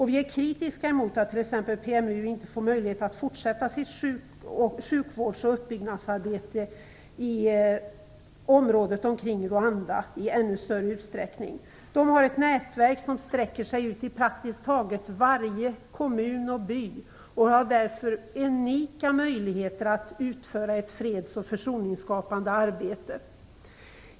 Vi är kritiska mot att t.ex. PMU inte får möjlighet att fortsätta sitt sjukvårds och uppbyggnadsarbete i området omkring Rwanda i ännu större utsträckning. De har ett nätverk som sträcker sig ut i praktiskt taget varje kommun och by och har därför unika möjligheter att utföra ett freds och försoningsskapande arbete.